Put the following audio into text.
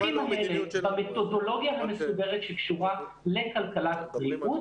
במתודולוגיה המסודרת שקשורה לכלכלת בריאות,